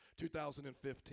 2015